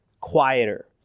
quieter